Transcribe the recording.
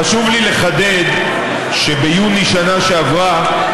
חשוב לי לחדד שביוני בשנה שעברה,